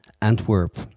Antwerp